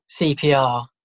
cpr